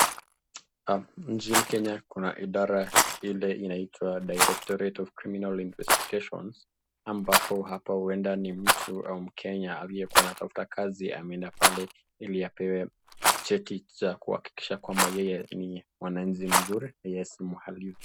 Nchini Kenya kuna idara ile ambayo inaitwa directorate of criminal investigations huenda hapa ni mtu au Mkenya ambaye anatafuta kazi ameenda pale ili apewe cheti cha kuhakikisha kwamba yeye ni mwanachi mzuri yeye sio muhalifu.